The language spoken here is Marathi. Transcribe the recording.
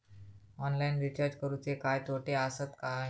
ऑनलाइन रिचार्ज करुचे काय तोटे आसत काय?